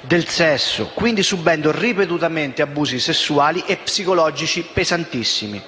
del sesso, quindi subendo ripetutamente abusi sessuali e psicologici pesantissimi.